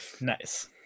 nice